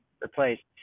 replaced